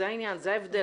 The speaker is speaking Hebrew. זה ההבדל,